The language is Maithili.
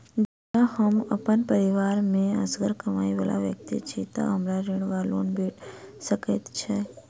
जँ हम अप्पन परिवार मे असगर कमाई वला व्यक्ति छी तऽ हमरा ऋण वा लोन भेट सकैत अछि?